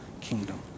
kingdom